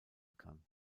kann